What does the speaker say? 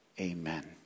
Amen